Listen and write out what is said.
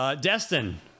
Destin